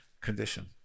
condition